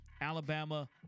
Alabama